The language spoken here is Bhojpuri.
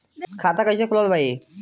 खाता कईसे खोलबाइ?